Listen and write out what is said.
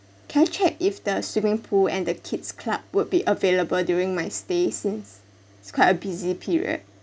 can I check if the swimming pool and the kid's club would be available during my stay since it's quite a busy period